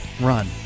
run